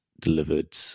delivered